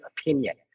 opinion